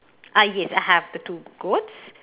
ah yes I have the two goats